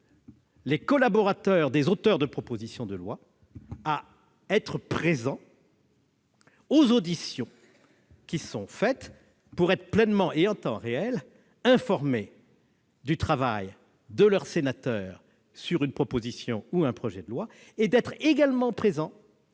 aux collaborateurs des auteurs de propositions de loi d'être présents aux auditions, pour être pleinement et en temps réel informés du travail de leur sénateur sur une proposition ou un projet de loi, et d'être également présents